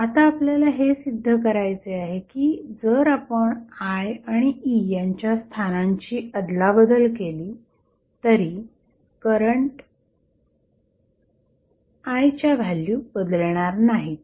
आता आपल्याला हे सिद्ध करायचे आहे की जर आपण I आणि E यांच्या स्थानांची अदलाबदल केली तरी करंट I च्या व्हॅल्यू बदलणार नाहीत